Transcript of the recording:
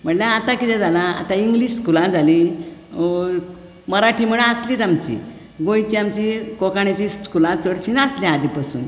म्हटल्यार आतां कितें जालां आता इंग्लीश स्कुलां जालीं मराठी म्हण आसलीच आमची गोंयची आमची कोंकणीची स्कुलां चडशी नासलीं आदि पासुन